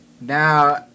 Now